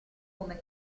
come